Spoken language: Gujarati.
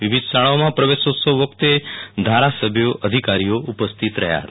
વિવિધ શાળાઓમાં પ્રવેશોત્સવ વખતે ધારાસભ્યો અધિકારીઓ ઉપસ્થિતિ રહયા હતા